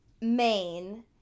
main